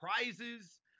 prizes